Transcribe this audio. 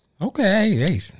Okay